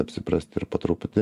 apsiprast ir po truputį